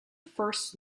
first